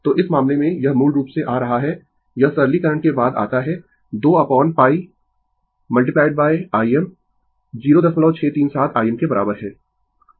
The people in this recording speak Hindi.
तो इस मामले में यह मूल रूप से आ रहा है यह सरलीकरण के बाद आता है 2 अपोन π Im 0637 Im के बराबर है